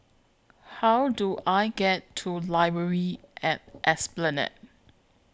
How Do I get to Library At Esplanade